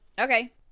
Okay